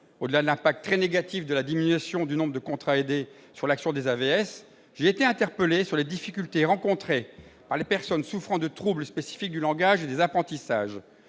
au-delà de l'impact très négatif de la diminution du nombre de contrats aidés sur l'action des auxiliaires de vie scolaire, les AVS, j'ai été interpellé sur les difficultés rencontrées par les personnes souffrant de troubles spécifiques du langage et des apprentissages.